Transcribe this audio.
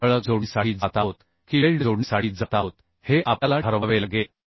आपण ठळक जोडणीसाठी जात आहोत की वेल्ड जोडणीसाठी जात आहोत हे आपल्याला ठरवावे लागेल